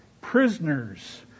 prisoners